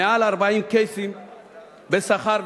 יותר מ-40 קייסים בשכר,